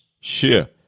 share